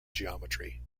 geometry